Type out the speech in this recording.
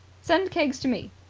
send keggs to me!